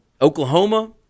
Oklahoma